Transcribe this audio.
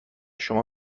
شما